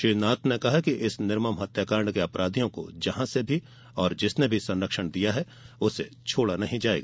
श्री नाथ ने कहा कि इस निर्मम हत्याकांड के अपराधियों को जहां से भी और जिसने भी संरक्षण दिया है उसे छोड़ा नहीं जाएगा